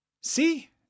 See